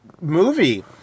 movie